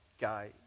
guy